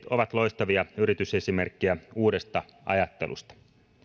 ovat loistavia yritysesimerkkejä uudesta ajattelusta